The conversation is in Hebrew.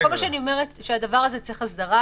כל מה שאני אומרת הוא שהדבר הזה צריך הסדרה,